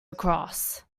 across